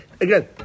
Again